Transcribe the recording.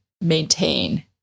maintain